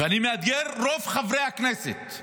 ואני מאתגר את רוב חברי הכנסת,